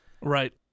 right